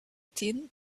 thin